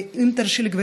ואם תרשי לי,